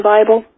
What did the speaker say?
Bible